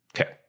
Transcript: okay